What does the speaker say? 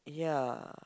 ya